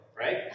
right